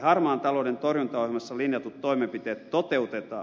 harmaan talouden torjuntaohjelmassa linjatut toimenpiteet toteutetaan